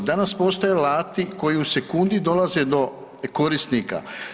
Danas postoje alati koji u sekundi dolaze do korisnika.